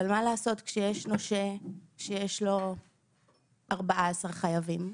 אבל מה לעשות כשיש נושה שיש לו 14 חייבים,